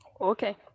Okay